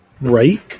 Right